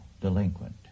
delinquent